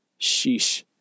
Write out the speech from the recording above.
Sheesh